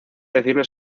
decirle